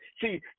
See